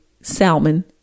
salmon